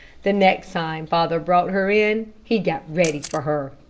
the next time father brought her in, he got ready for her.